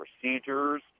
procedures